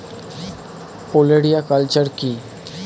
ওলেরিয়া কালচার কি?